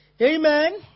Amen